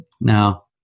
Now